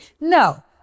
No